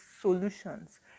solutions